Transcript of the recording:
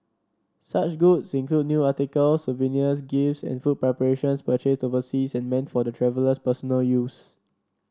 such goods include new articles souvenirs gifts and food preparations purchased overseas and meant for the traveller's personal use